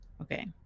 Okay